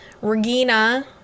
Regina